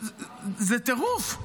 זה טירוף.